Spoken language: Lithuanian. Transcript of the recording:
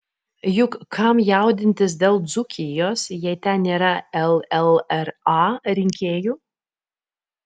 juk kam jaudintis dėl dzūkijos jei ten nėra llra rinkėjų